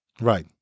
Right